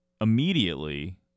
immediately